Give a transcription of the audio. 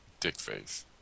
Dickface